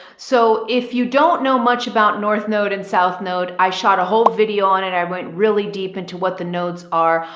so if you don't know much about north node and south node, i shot a whole video on it. and i went really deep into what the nodes are.